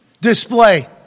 display